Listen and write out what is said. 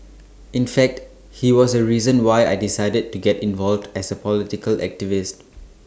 in fact he was A reason why I decided to get involved as A political activist